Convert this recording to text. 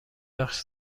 بخش